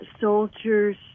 Soldiers